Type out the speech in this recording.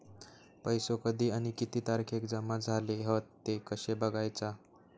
पैसो कधी आणि किती तारखेक जमा झाले हत ते कशे बगायचा?